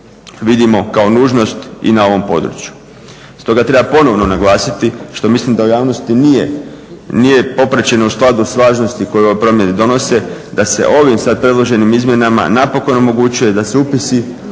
vidimo kao nužnost i na ovom području. Stoga treba ponovno naglasiti što mislim da u javnosti nije popraćeno u skladu s važnosti koje ove promjene donose, da se ovim sad predloženim izmjenama napokon omogućuje da se upisi